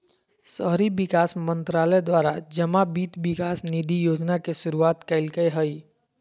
शहरी विकास मंत्रालय द्वारा जमा वित्त विकास निधि योजना के शुरुआत कल्कैय हइ